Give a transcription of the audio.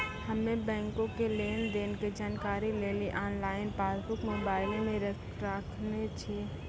हम्मे बैंको के लेन देन के जानकारी लेली आनलाइन पासबुक मोबाइले मे राखने छिए